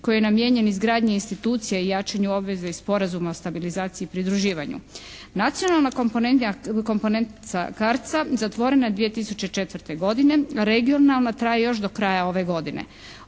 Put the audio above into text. koje je namijenjen izgradnji institucija i jačanju obveze i Sporazuma o stabilizaciji i pridruživanju. Nacionalna komponenta CARDS-a zatvorena je 2004. godine, regionalna traje još do kraja ove godine.